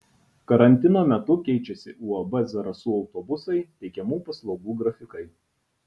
karantino metu keičiasi uab zarasų autobusai teikiamų paslaugų grafikai